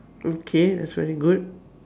okay that's very good